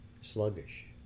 sluggish